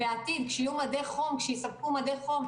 בעתיד כשיספקו מדי חום,